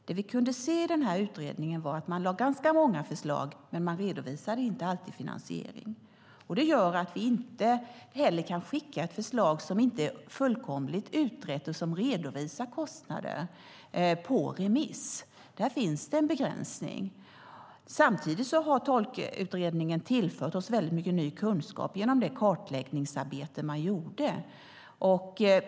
Det vi kunde se i den här utredningen var att man lade fram ganska många förslag, men man redovisade inte alltid finansieringen. Vi kan inte skicka ett förslag som inte är fullkomligt utrett och som inte redovisar kostnader på remiss. Där finns det en begränsning. Samtidigt har Tolktjänstutredningen tillfört oss mycket ny kunskap genom det kartläggningsarbete som man har gjort.